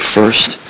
first